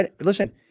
listen